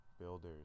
builders